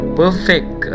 perfect